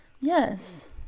Yes